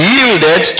Yielded